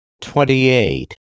Twenty-eight